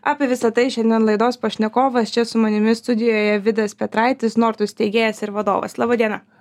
apie visa tai šiandien laidos pašnekovas čia su manimi studijoje vidas petraitis nortus steigėjas ir vadovas laba diena